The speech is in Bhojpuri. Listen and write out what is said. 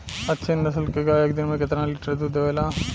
अच्छी नस्ल क गाय एक दिन में केतना लीटर दूध देवे ला?